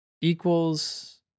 equals